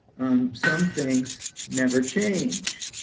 some things never change.